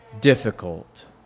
difficult